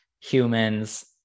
humans